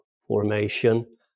formation